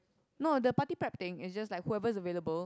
no the party prep thing is just like whoever is available